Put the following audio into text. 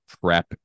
prep